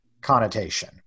connotation